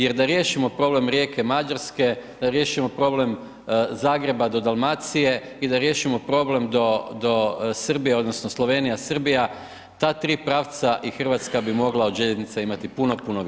Jer da riješimo problem Rijeke Mađarske, da riješimo problem Zagreba do Dalmacije i da riješimo problem do Srbije, odnosno, Slovenija Srbija, ta 3 pravca i Hrvatska bi mogla od željeznice imati puno, puno više.